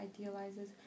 idealizes